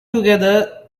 together